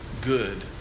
good